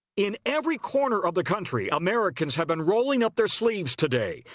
in every corner of the country, americans have been rolling up their sleeves today.